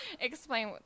explain